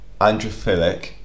Androphilic